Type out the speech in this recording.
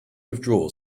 withdraw